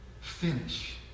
Finish